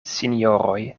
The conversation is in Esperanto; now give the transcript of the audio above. sinjoroj